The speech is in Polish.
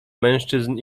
mężczyzn